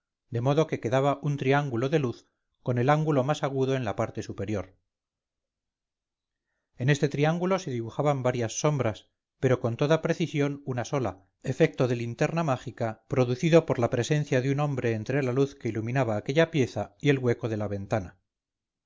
de modo que quedaba un triángulo de luz con el ángulo más agudo en la parte superior en este triángulo se dibujaban varias sombras pero con toda precisión una sola efecto de linterna mágica producido por la presencia de un hombre entre la luz que iluminaba aquella pieza y el hueco de la ventana